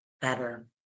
better